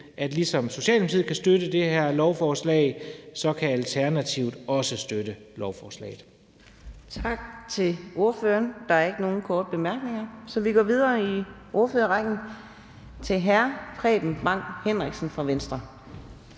at ligesom Socialdemokratiet kan støtte det her lovforslag, kan Alternativet også støtte lovforslaget. Kl. 16:57 Anden næstformand (Karina Adsbøl): Tak til ordføreren. Der er ingen korte bemærkninger, så vi går videre i ordførerrækken til hr. Preben Bang Henriksen fra Venstre.